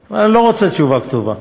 כתובה, אני לא רוצה לקרוא תשובה כתובה.